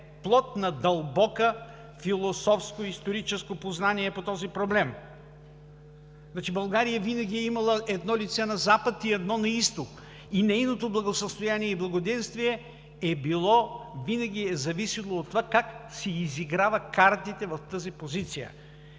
плод на дълбоко философско, историческо познание по този проблем. България винаги е имала едно лице на Запад и едно на Изток и нейното благосъстояние и благоденствие е зависело винаги от това как си изиграва картите в тази позиция.